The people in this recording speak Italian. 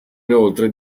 inoltre